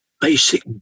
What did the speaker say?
basic